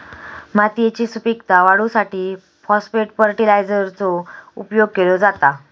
मातयेची सुपीकता वाढवूसाठी फाॅस्फेट फर्टीलायझरचो उपयोग केलो जाता